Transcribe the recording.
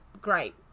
great